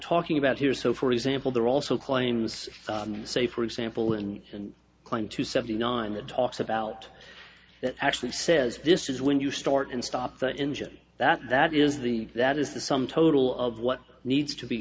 talking about here is so for example there are also claims say for example in and claim to seventy nine that talks about actually says this is when you start and stop the engine that that is the that is the sum total of what needs to be